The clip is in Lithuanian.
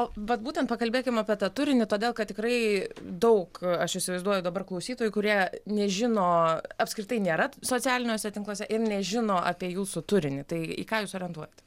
o vat būtent pakalbėkim apie tą turinį todėl kad tikrai daug aš įsivaizduoju dabar klausytojų kurie nežino apskritai nėra socialiniuose tinkluose ir nežino apie jūsų turinį tai į ką jūs orientuojat